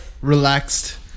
relaxed